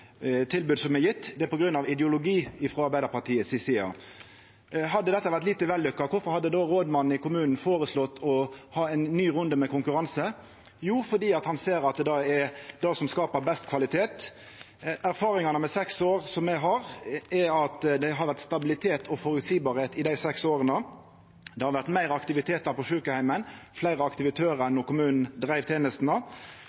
tilbod, det er på grunn av ideologi frå Arbeidarpartiet si side. Hadde det vore lite vellykka, kvifor hadde då rådmannen i kommunen føreslått å ha ein ny runde med konkurranse? Jo, fordi han ser at det er det som skaper best kvalitet. Erfaringane etter seks år som me har, er at det har vore stabilt og føreseieleg i desse seks åra. Det har vore fleire aktivitetar på sjukeheimen – fleire aktivitørar